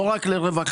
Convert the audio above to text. לא רק לרווחתיים,